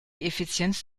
effizienz